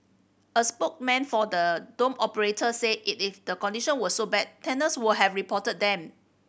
a spokesman for the dorm operator said it if the condition were so bad tenants would have reported them